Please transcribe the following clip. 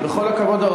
אפשר להצביע בעד.